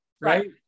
right